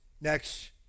Next